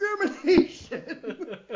discrimination